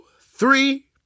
three